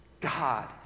God